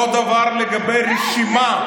אותו דבר גם לגבי הרשימה,